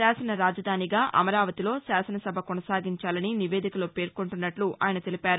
శాసన రాజధానిగా అమరావతిలో శాసనసభ కొనసాగించాలని నివేదికలో పేర్కొన్నట్లు ఆయన తెలిపారు